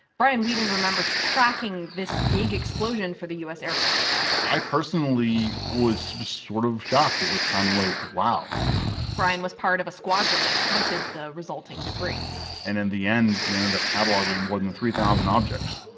brian weeden remembers tracking this big explosion for the u s. air force i personally was sort of shocked. it was kind of like, wow brian was part of a squadron that counted the resulting debris and in the end, we ended up cataloguing more than three thousand objects.